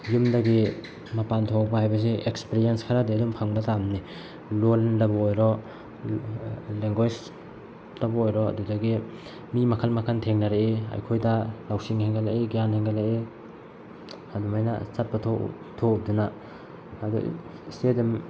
ꯌꯨꯝꯗꯒꯤ ꯃꯄꯥꯟ ꯊꯣꯛꯂꯛꯄ ꯍꯥꯏꯕꯁꯤ ꯑꯦꯛꯁꯄꯔꯤꯌꯦꯟꯁ ꯈꯔꯗꯤ ꯑꯗꯨꯝ ꯐꯪꯕ ꯇꯥꯕꯅꯤ ꯂꯣꯟꯗꯕꯨ ꯑꯣꯏꯔꯣ ꯂꯦꯡꯒ꯭ꯋꯦꯁꯇꯕꯨ ꯑꯣꯏꯔꯣ ꯑꯗꯨꯗꯒꯤ ꯃꯤ ꯃꯈꯜ ꯃꯈꯜ ꯊꯦꯡꯅꯔꯛꯏ ꯑꯩꯈꯣꯏꯗ ꯂꯧꯁꯤꯡ ꯍꯦꯟꯀꯠꯂꯛꯏ ꯒ꯭ꯌꯥꯟ ꯍꯦꯟꯀꯠꯂꯛꯏ ꯑꯗꯨꯃꯥꯏꯅ ꯆꯠꯄ ꯊꯣꯛꯇꯨꯅ ꯑꯗ ꯏꯁꯇꯦꯗꯤꯌꯝ